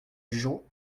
jugeons